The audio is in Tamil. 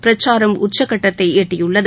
பிரச்சாரம் உச்சக் கட்டத்தை எட்டியுள்ளது